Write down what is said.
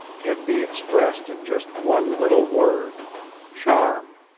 can be expressed in just one little word charm.